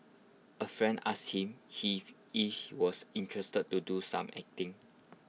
A friend asked him was interested to do some acting